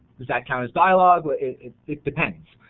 does that count as dialogue, it depends.